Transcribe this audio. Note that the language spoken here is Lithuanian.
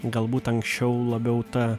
galbūt anksčiau labiau ta